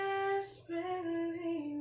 Desperately